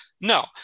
no